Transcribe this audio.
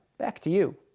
back to you.